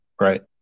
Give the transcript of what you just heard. right